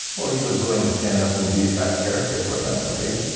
well he was willing to stand up and be that character for them, right?